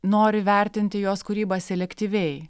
nori vertinti jos kūrybą selektyviai